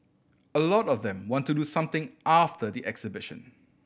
a lot of them want to do something after the exhibition